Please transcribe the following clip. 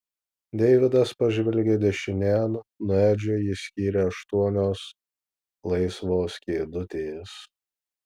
deividas pažvelgė dešinėn nuo edžio jį skyrė aštuonios laisvos kėdutės